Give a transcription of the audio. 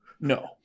No